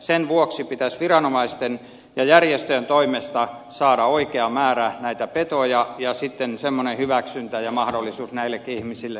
sen vuoksi pitäisi viranomaisten ja järjestöjen toimesta saada oikea määrä petoja ja semmoinen hyväksyntä ja mahdollisuus näillekin ihmisille